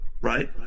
right